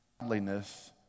Godliness